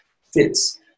fits